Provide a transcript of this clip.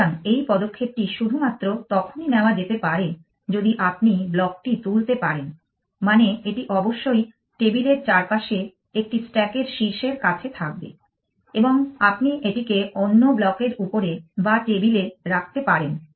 সুতরাং এই পদক্ষেপটি শুধুমাত্র তখনই নেওয়া যেতে পারে যদি আপনি ব্লকটি তুলতে পারেন মানে এটি অবশ্যই টেবিলের চারপাশে একটি স্ট্যাকের শীর্ষের কাছে থাকবে এবং আপনি এটিকে অন্য ব্লকের উপরে বা টেবিলে রাখতে পারেন